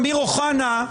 אמיר אוחנה,